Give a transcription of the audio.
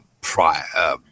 prior –